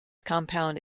compound